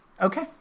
Okay